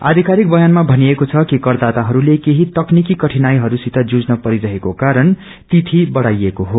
आध्किरिक वयानमा भनिएको छ कि करदाताहरूले केही तकनीति कठिनाईहरू सित जुझन परिरहेको कारण तिथि बढ़ाइएको हो